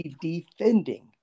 defending